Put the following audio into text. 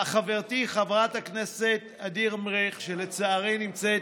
חברתי חברת הכנסת ע'דיר מריח, שלצערי נמצאת